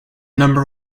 number